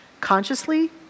consciously